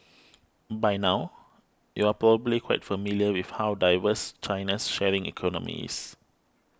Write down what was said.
by now you're probably quite familiar with how diverse China's sharing economy is